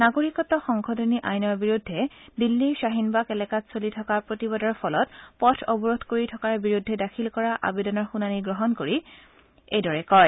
নাগৰিকত্ব সংশোধনী আইনৰ বিৰুদ্ধে দিল্লীৰ শ্বাহিনবাগ এলেকাত চলি থকা প্ৰতিবাদৰ ফলত পথ অৱৰোধ কৰি থকাৰ বিৰুদ্ধে দাখিল কৰা আবেদনৰ শুনানি গ্ৰহণ কৰি এইদৰে কয়